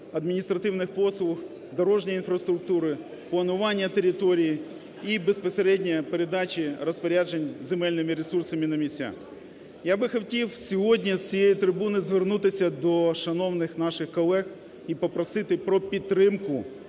адміністративних послуг, дорожньої інфраструктури, планування територій і безпосередньо передачі розпоряджень земельними ресурсами на місцях. Я б хотів сьогодні з цієї трибуни звернутися до шановних наших колег і попросити про підтримку